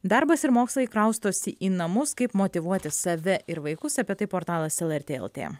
darbas ir mokslai kraustosi į namus kaip motyvuoti save ir vaikus apie tai portalas lrt lt